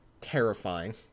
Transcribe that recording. terrifying